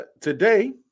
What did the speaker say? today